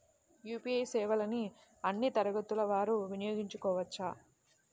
UPI సేవలని అన్నీ తరగతుల వారు వినయోగించుకోవచ్చా?